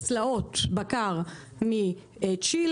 צלעות בקר מצ'ילה,